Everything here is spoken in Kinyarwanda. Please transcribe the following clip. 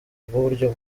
bw’uburyo